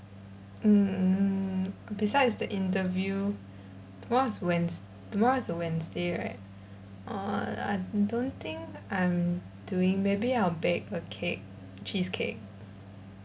mm besides the interview tomorrow is wednes~ tomorrow is a wednesday right uh I don't think I'm doing maybe I'll bake a cake cheesecake